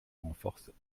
renforcent